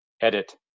edit